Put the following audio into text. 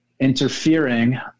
interfering